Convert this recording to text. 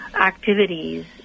activities